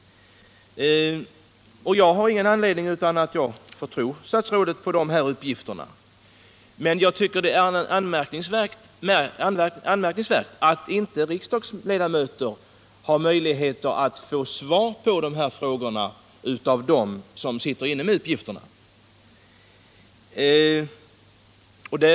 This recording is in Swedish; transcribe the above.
Jag har ingen anledning att inte tro på den uppgiften. Men jag tycker att det är anmärkningsvärt att riksdagsledamöter inte har möjligheter att få svar på dessa frågor av dem som sitter inne med uppgifterna.